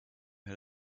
had